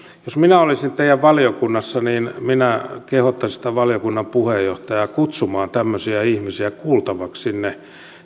jos minä olisin teidän valiokunnassanne niin minä kehottaisin sitä valiokunnan puheenjohtajaa kutsumaan tämmöisiä ihmisiä kuultavaksi sinne